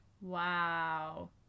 Wow